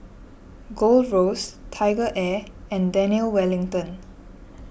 Gold Roast TigerAir and Daniel Wellington